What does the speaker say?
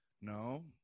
No